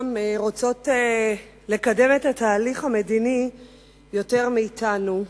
רוצות לקדם את התהליך המדיני יותר מאתנו,